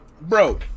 Bro